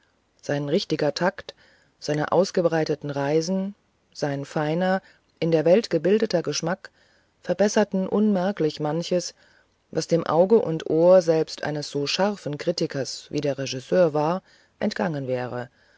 sein richtiger takt seine ausgebreiteten reisen sein feiner in der welt gebildeter geschmack verbesserten unmerklich manches was dem auge und ohr selbst eines so scharfen kritikers wie der regisseur war entgangen wäre